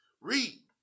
Read